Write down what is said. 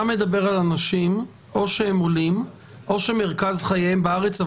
אתה מדבר על אנשים עולים או שמרכז חייהם בארץ,